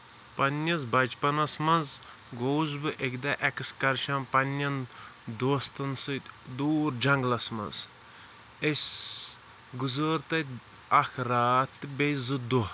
پَنٕنِس بَچپَنس منٛز گوس بہٕ اَکہِ دۄہ ایٚکٕسکرشن پَنٕنٮ۪ن دوستن سۭتۍ دوٗر جنگلَس منٛز أسۍ گُزٲر تَتہِ اکھ راتھ تہٕ بیٚیہِ زٕ دۄہ